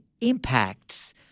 impacts